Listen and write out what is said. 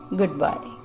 goodbye